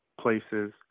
Places